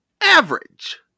average